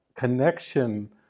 connection